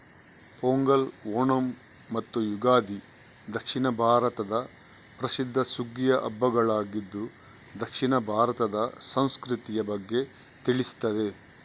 ಪೊಂಗಲ್, ಓಣಂ ಮತ್ತು ಯುಗಾದಿ ದಕ್ಷಿಣ ಭಾರತದ ಪ್ರಸಿದ್ಧ ಸುಗ್ಗಿಯ ಹಬ್ಬಗಳಾಗಿದ್ದು ದಕ್ಷಿಣ ಭಾರತದ ಸಂಸ್ಕೃತಿಯ ಬಗ್ಗೆ ತಿಳಿಸ್ತದೆ